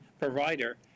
provider